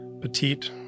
petite